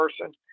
person